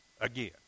again